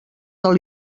del